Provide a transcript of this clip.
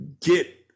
get